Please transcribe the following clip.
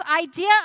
idea